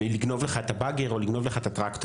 לגנוב לך את הבאגר או לגנוב לך את הטרקטור,